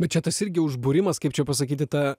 bet čia tas irgi užbūrimas kaip čia pasakyti ta